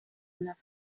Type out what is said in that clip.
neuf